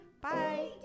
Bye